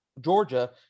Georgia